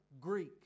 Greek